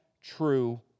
true